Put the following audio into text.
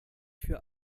für